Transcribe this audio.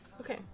Okay